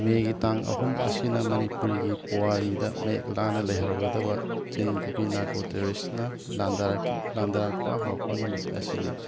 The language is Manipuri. ꯃꯦꯒꯤ ꯇꯥꯡ ꯑꯍꯨꯝ ꯑꯁꯤꯅ ꯃꯅꯤꯄꯨꯔꯤꯒꯤ ꯄꯣꯋꯥꯔꯤꯗ ꯃꯌꯦꯛ ꯂꯥꯅ ꯂꯩꯍꯧꯔꯒꯗꯕ ꯆꯤꯟ ꯀꯨꯀꯤ ꯅꯥꯔꯀꯣ ꯇꯦꯔꯣꯔꯤꯁꯅ ꯂꯥꯟꯗꯥꯔꯛꯈꯤ ꯂꯥꯟꯗꯥꯔꯛꯄ ꯍꯧꯔꯛꯄ ꯅꯨꯃꯤꯠ ꯑꯁꯤꯅꯤ